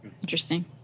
interesting